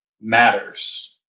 matters